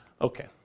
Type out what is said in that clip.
Okay